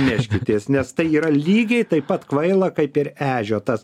neškitės nes tai yra lygiai taip pat kvaila kaip ir ežio tas